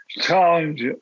challenge